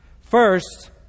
First